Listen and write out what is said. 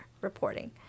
reporting